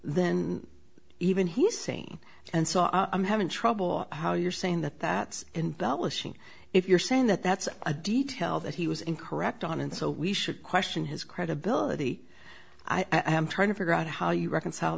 then even he's sane and so i'm having trouble how you're saying that that embellishing if you're saying that that's a detail that he was incorrect on and so we should question his credibility i am trying to figure out how you reconcile